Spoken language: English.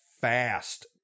fast